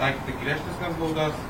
ar tik griežtesnes baudas